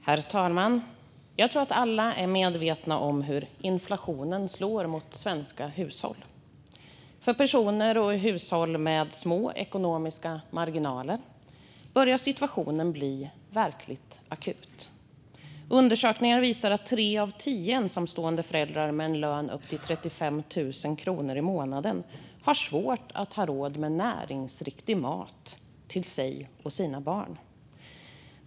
Herr talman! Jag tror att alla är medvetna om hur inflationen slår mot svenska hushåll. För personer och hushåll med små ekonomiska marginaler börjar situationen bli verkligt akut. Undersökningar visar att tre av tio ensamstående föräldrar med en lön upp till 35 000 kronor i månaden har svårt att ha råd med näringsriktig mat till sig och sina barn.